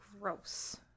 Gross